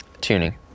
Tuning